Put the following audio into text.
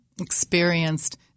experienced